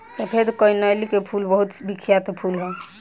सफेद कनईल के फूल बहुत बिख्यात फूल ह